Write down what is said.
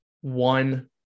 one